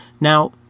Now